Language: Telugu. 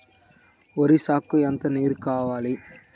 వరి సాగుకు ఎంత నీరు కావాలి?